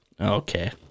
Okay